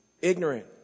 ignorant